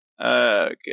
Okay